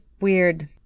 weird